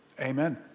amen